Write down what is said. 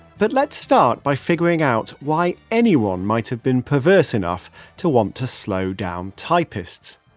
but let's start by figuring out why anyone might have been perverse enough to want to slow down typists.